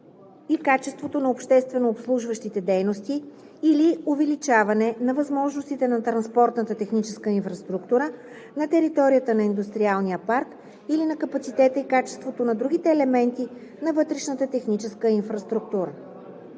и качеството на общественообслужващите дейности или увеличаване на възможностите на транспортната техническа инфраструктура на територията на индустриалния парк или на капацитета и качеството на другите елементи на вътрешната техническа инфраструктура.“